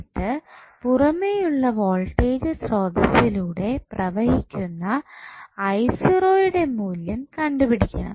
എന്നിട്ട് പുറമേയുള്ള വോൾട്ടേജ് സ്രോതസ്സിലൂടെ പ്രവഹിക്കുന്ന യുടെ മൂല്യം കണ്ടുപിടിക്കണം